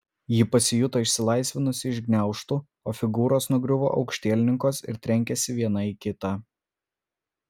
ji pasijuto išsilaisvinusi iš gniaužtų o figūros nugriuvo aukštielninkos ir trenkėsi viena į kitą